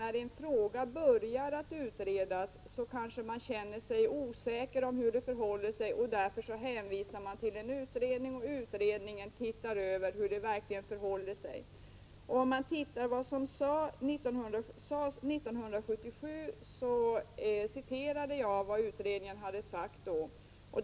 När en fråga börjar diskuteras kanske man känner sig osäker om hur det förhåller sig i olika avseenden. Därför hänvisar man till en utredning, som studerar hur det verkligen förhåller sig. Jag citerade tidigare vad utredningen hade sagt 1977.